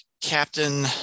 Captain